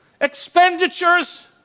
expenditures